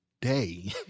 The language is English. day